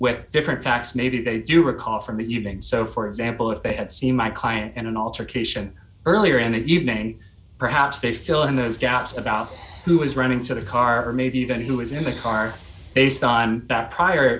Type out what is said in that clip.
with different facts maybe they do recall from the evening so for example if they had seen my client in an altercation earlier in the evening perhaps they feel in those gaps about who is running to the car maybe even who is in the car based on that prior